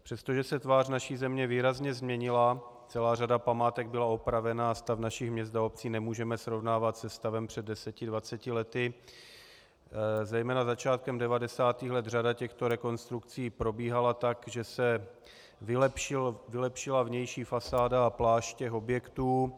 Přestože se tvář naší země výrazně změnila, celá řada památek byla opravena a stav našich měst a obcí nemůžeme srovnávat se stavem před deseti dvaceti lety, zejména začátkem 90. let řada těchto rekonstrukcí probíhala tak, že se vylepšila vnější fasáda a pláště objektů.